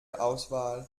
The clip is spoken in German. auswahl